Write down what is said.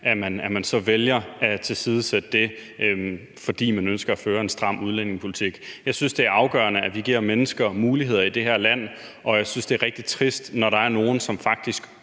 at man så vælger at tilsidesætte det, fordi man ønsker at føre en stram udlændingepolitik. Jeg synes, at det er afgørende, at vi giver mennesker muligheder i det her land, og jeg synes, det er rigtig trist, at de, når der er nogle, som faktisk